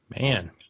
Man